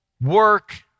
work